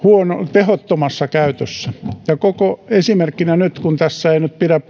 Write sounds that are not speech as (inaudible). tehottomassa käytössä ja esimerkkinä nyt vaikka tämän suunnitelman kohdalla ei pidä (unintelligible)